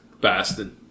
Bastard